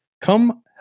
come